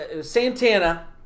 Santana